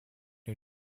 new